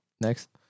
Next